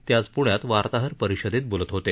ते आज पुण्यात वार्ताहर परिषदेत बोलत होते